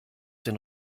den